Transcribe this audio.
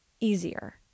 easier